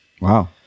Wow